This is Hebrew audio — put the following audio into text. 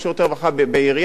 והם יגידו: אין מה לעשות,